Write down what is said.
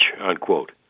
unquote